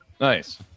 Nice